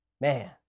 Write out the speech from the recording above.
Man